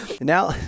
Now